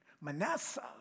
Manasseh